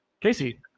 Casey